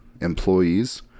employees